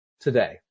today